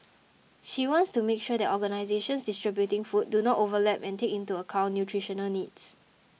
she wants to make sure that organisations distributing food do not overlap and take into account nutritional needs